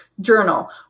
journal